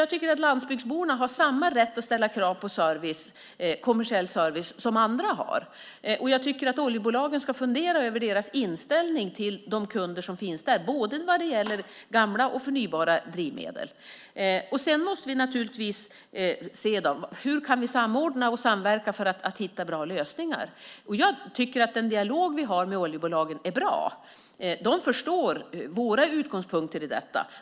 Jag tycker att landsbygdsborna har samma rätt som andra att ställa krav på kommersiell service. Jag tycker att oljebolagen ska fundera över sin inställning till kunderna både när det gäller gamla och förnybara drivmedel. Vi måste naturligtvis se på hur vi kan samordna och samverka för att hitta bra lösningar. Den dialog vi har med oljebolagen är bra. De förstår våra utgångspunkter i detta.